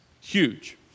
huge